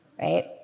right